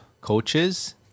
Coaches